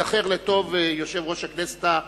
ייזכר לטוב, יושב-ראש הכנסת החמש-עשרה.